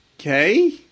okay